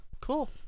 Cool